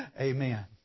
Amen